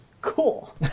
Cool